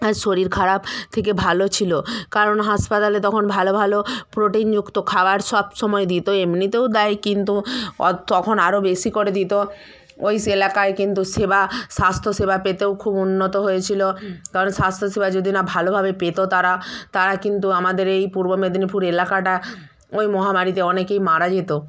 আর শরীর খারাপ থেকে ভালো ছিলো কারণ হাসপাতালে তখন ভালো ভালো প্রোটিনযুক্ত খাবার সব সময় দিত এমনিতেও দেয় কিন্তু অ তখন আরও বেশি করে দিত ওইস এলাকায় কিন্তু সেবা স্বাস্থ্যসেবা পেতেও খুব উন্নত হয়েছিলো কারণ স্বাস্থ্যসেবা যদি না ভালোভাবে পেত তারা তারা কিন্তু আমাদের এই পূর্ব মেদিনীপুর এলাকাটা ওই মহামারীতে অনেকেই মারা যেত